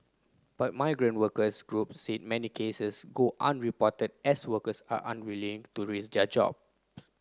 but migrant workers groups said many cases go unreported as workers are unwilling to risk their job